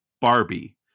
Barbie